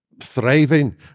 thriving